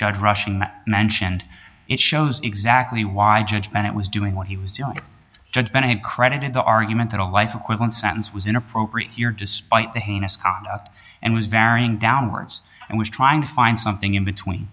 judge rushing the mentioned it shows exactly why i judge bennett was doing what he was judged and credited the argument that a life sentence was inappropriate here despite the heinous conduct and was varying downwards and was trying to find something in between